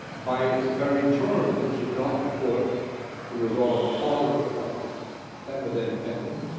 by its very terms, it did not purport to resolve all of the problems that were then pending.